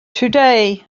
today